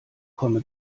komme